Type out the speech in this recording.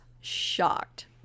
shocked